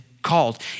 called